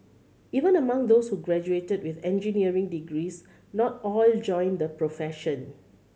even among those who graduated with engineering degrees not all joined the profession